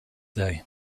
day